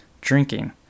drinking